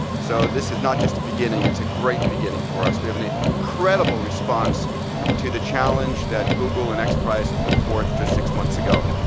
so this is not just a beginning, it's a great beginning for us. we have an incredible response to the challenge that google and x prize have put forth just six months ago.